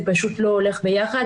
זה פשוט לא הולך ביחד,